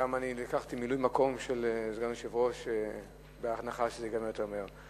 גם אני לקחתי מילוי מקום של סגן יושב-ראש בהנחה שזה ייגמר יותר מהר,